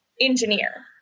engineer